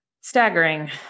staggering